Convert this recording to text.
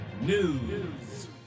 News